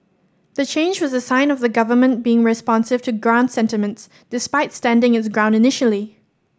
the change was a sign of the government being responsive to ground sentiments despite standing its ground initially